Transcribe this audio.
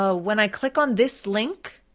ah when i click on this link,